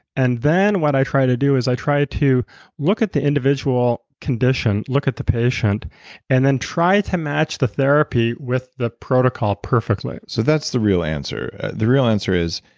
and then what i try to do is i try to look at the individual condition, look at the patient and then try to match the therapy with the protocol perfectly so that's the real answer. the real answer is,